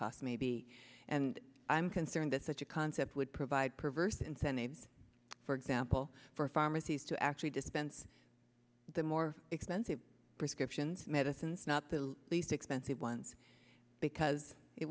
cost may be and i'm concerned that such a concept would provide perverse incentives for example for pharmacies to actually dispense the more expensive prescriptions medicines not the least expensive ones because it